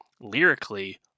lyrically